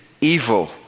evil